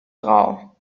drau